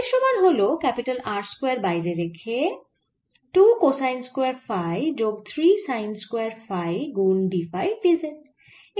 এর সমান হল R স্কয়ার বাইরে রেখে 2 কোসাইন স্কয়ার ফাই যোগ 3 সাইন স্কয়ার ফাই গুন d ফাই d z